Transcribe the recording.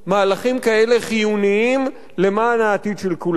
מהלכים כאלה חיוניים למען העתיד של כולנו.